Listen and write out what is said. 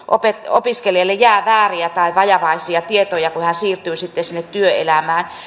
opiskelijalle jää vääriä tai vajavaisia tietoja kun hän siirtyy sitten sinne työelämään